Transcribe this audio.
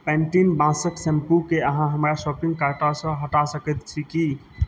Pantene बाँसक शैम्पूके अहाँ हमरा शॉपिंग कार्टसँ हटा सकैत छी की